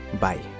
bye